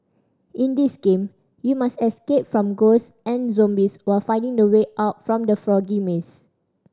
in this game you must escape from ghost and zombies while finding the way out from the foggy maze